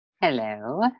Hello